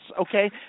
okay